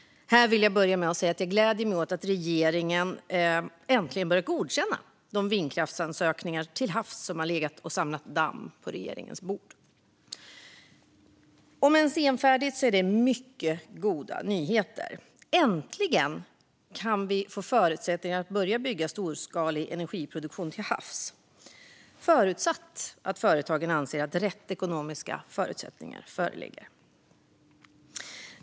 Det gläder mig att regeringen äntligen börjat godkänna de ansökningar om att bygga vindkraft till havs som samlat damm på regeringens bord. Om än senfärdigt är det mycket goda nyheter. Äntligen kan vi få förutsättningar för att bygga storskalig energiproduktion till havs, förutsatt att företagen anser att rätt ekonomiska förutsättningar föreligger.